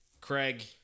Craig